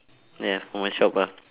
ya for my shop ah